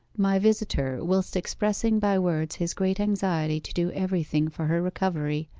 my visitor, whilst expressing by words his great anxiety to do everything for her recovery,